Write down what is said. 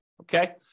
okay